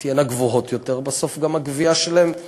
תהיינה גבוהות יותר, בסוף גם הגבייה שלהם תהיה כך.